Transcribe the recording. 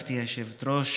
גברתי היושבת-ראש,